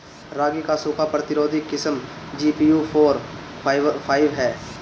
रागी क सूखा प्रतिरोधी किस्म जी.पी.यू फोर फाइव ह?